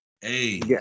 Hey